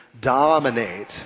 dominate